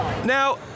Now